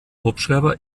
hubschrauber